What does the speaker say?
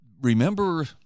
remember